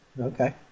Okay